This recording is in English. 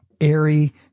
airy